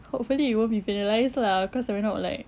hopefully we won't be penalised lah cause we were not like